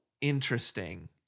interesting